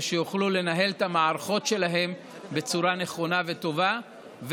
שיוכלו לנהל את המערכות שלהן בצורה נכונה וטובה,